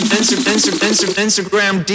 Instagram